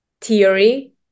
theory